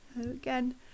Again